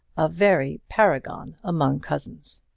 a very paragon among cousins!